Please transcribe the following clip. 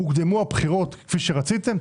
הוקדמו הבחירות כפי שרציתם.